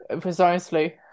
precisely